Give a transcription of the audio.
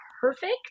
perfect